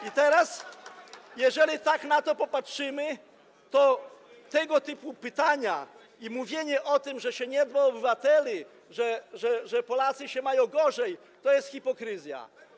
I teraz jeżeli tak na to popatrzymy, to tego typu pytania i mówienie o tym, że się nie dba o obywateli, że Polacy się mają gorzej, to jest hipokryzja.